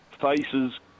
faces